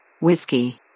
Whiskey